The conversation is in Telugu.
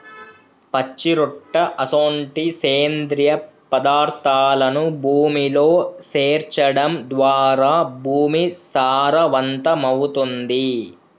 పచ్చిరొట్ట అసొంటి సేంద్రియ పదార్థాలను భూమిలో సేర్చడం ద్వారా భూమి సారవంతమవుతుంది